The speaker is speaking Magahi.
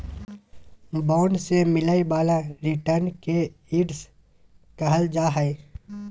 बॉन्ड से मिलय वाला रिटर्न के यील्ड कहल जा हइ